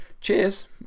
Cheers